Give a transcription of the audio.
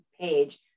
page